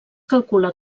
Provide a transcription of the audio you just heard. calcula